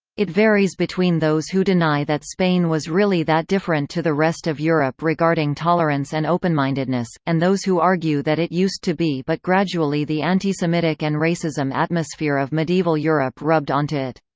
it varies between those who deny that spain was really that different to the rest of europe regarding tolerance and openmindedness, and those who argue that it used to be but gradually the antisemitic and racism atmosphere of medieval europe rubbed onto it.